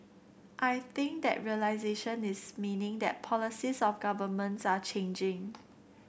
I think that realisation is meaning that policies of governments are changing